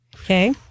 Okay